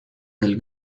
del